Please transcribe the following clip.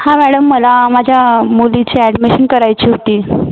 हां मॅडम मला माझ्या मुलीची ॲडमिशन करायची होती